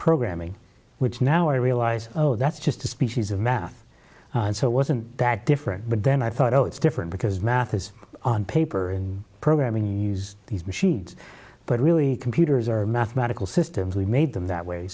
programming which now i realize oh that's just a species of math and so it wasn't that different but then i thought oh it's different because math is on paper and programming these machines but really computers are mathematical systems we made them that way